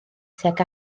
tuag